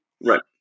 Right